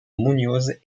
muñoz